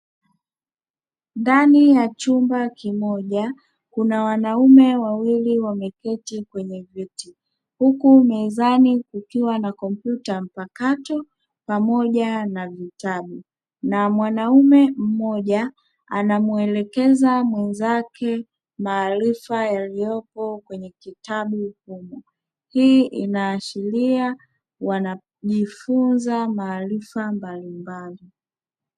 Ndani ya chumba kimoja, kuna wanaume wawili wameketi kwenye viti, huku mezani kukiwa na kompyuta mpakato pamoja na vitabu na mwanaume mmoja anamuelekeza mwenzake maarifa yaliyopo kwenye kitabu hicho. hii inaashiria wanajifunza maarifa mbalimbali.